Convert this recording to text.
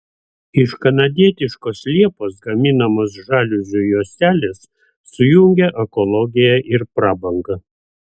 iš kanadietiškos liepos gaminamos žaliuzių juostelės sujungia ekologiją ir prabangą